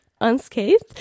unscathed